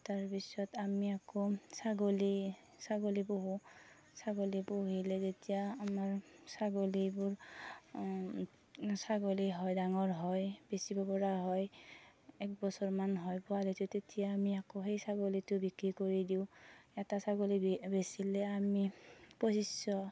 তাৰ পিছত আমি আকৌ ছাগলী ছাগলী পোহোঁ ছাগলী পুহিলে যেতিয়া আমাৰ ছাগলীবোৰ ছাগলী ডাঙৰ হয় বেচিব পৰা হয় একবছৰ মান হয় পোৱালীটো তেতিয়া আমি আকৌ সেই ছাগলীটো বিক্ৰী কৰি দিওঁ এটা ছাগলী বেচিলে আমি পঁচিছশ